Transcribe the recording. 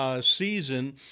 season